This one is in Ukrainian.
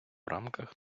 рамках